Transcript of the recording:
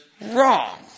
wrong